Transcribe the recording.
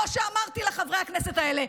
כמו שאמרתי לחברי הכנסת האלה,